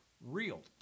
real